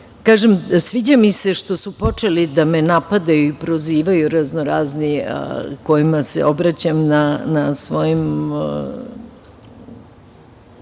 sviđa mi se što su počeli da me napadaju i prozivaju raznorazni kojima se obraćam na svojim